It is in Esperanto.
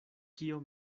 kio